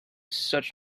such